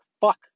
fuck